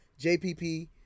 JPP